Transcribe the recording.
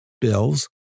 bills